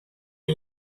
镇压